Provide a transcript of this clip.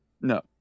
No